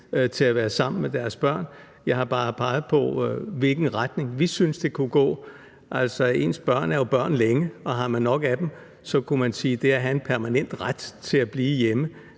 til at være sammen med deres børn. Jeg har bare peget på, i hvilken retning vi synes det kunne gå. Altså, ens børn er jo børn længe, og har man nok af dem, kunne man sige, at det at have en permanent ret til at blive hjemme